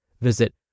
Visit